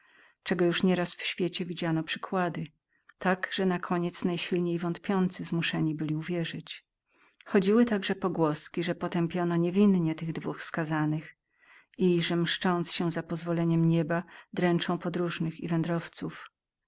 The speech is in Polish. czego już nieraz w świecie widziano przykłady tak że nakoniec najsilniej wątpiący zmuszeni byli uwierzyć chodziły także pogłoski że potępiono niewinnie tych dwóch skazanych i że mszcząc się za pozwoleniem nieba dręczyli podróżnych i